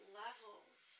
levels